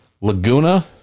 Laguna